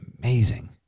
amazing